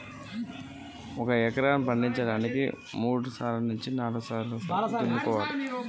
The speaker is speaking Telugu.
ఒక పంటని పండించడానికి సాగు భూమిని ఎన్ని సార్లు దున్నాలి?